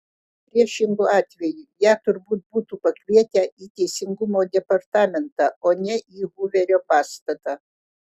priešingu atveju ją turbūt būtų pakvietę į teisingumo departamentą o ne į huverio pastatą